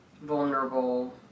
vulnerable